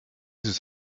his